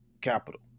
capital